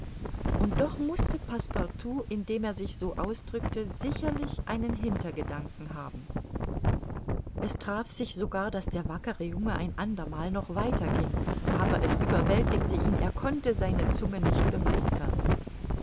und doch mußte passepartout indem er sich so ausdrückte sicherlich einen hintergedanken haben es traf sich sogar daß der wackere junge ein andermal noch weiter ging aber es überwältigte ihn er konnte seine zunge nicht bemeistern